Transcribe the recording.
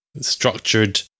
Structured